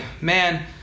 man